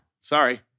Sorry